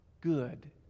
good